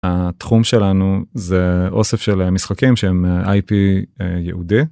התחום שלנו זה אוסף של משחקים שהם IP יהודי.